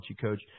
coach